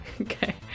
Okay